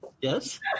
Yes